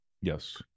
Yes